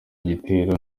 igitero